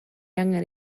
angen